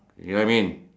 you know what I mean